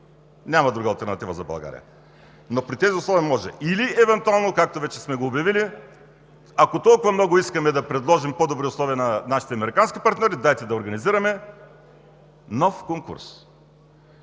няма друга алтернатива за България, но при тези условия може евентуално, както вече сме го обявили. Ако толкова много искаме да предложим по-добри условия на нашите американски партньори, дайте да организираме нов конкурс.